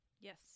Yes